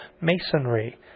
masonry